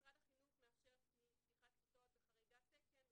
משרד החינוך מאפשר פתיחת כיתות בחריגת תקן,